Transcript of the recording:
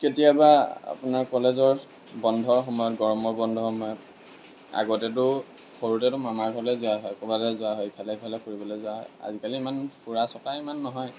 কেতিয়াবা আপোনাৰ কলেজৰ বন্ধৰ সময়ত গৰমৰ বন্ধৰ সময়ত আগতেতো সৰুতেতো মামা ঘৰলৈ যোৱা হয় ক'ৰবালৈ যোৱা হয় ইফালে সিফালে ফুৰিবলৈ যোৱা হয় আজিকালি ইমান ফুৰা চকা ইমান নহয়